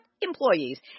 employees